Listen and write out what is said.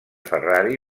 ferrari